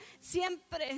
siempre